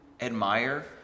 admire